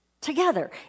together